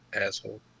asshole